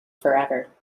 forever